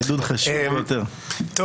מי בעד הסתייגות מס' 1, ירים את ידו.